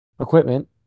equipment